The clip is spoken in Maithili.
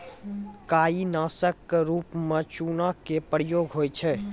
काई नासक क रूप म चूना के प्रयोग होय छै